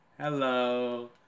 Hello